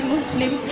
Muslim